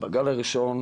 בגל הראשון